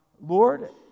Lord